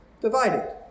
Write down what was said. Divided